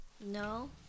No